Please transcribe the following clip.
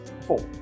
four